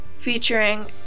featuring